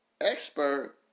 expert